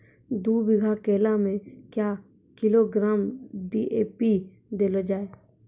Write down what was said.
दू बीघा केला मैं क्या किलोग्राम डी.ए.पी देले जाय?